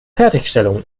fertigstellung